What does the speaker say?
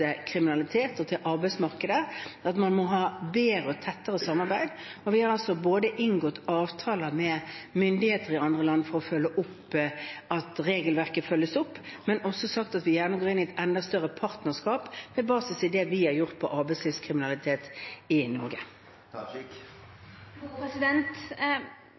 og til arbeidsmarkedet – om at man må ha bedre og tettere samarbeid. Vi har inngått avtaler med myndigheter i andre land for å se til at regelverket følges opp, og vi har også sagt at vi gjerne går inn i et enda større partnerskap med basis i det vi har gjort når det gjelder arbeidslivskriminalitet i Norge.